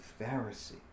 Pharisee